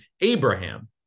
Abraham